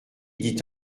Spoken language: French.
dit